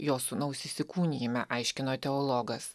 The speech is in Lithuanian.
jo sūnaus įsikūnijime aiškino teologas